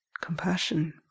compassion